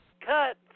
cut